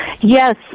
Yes